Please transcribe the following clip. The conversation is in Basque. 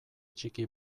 ttiki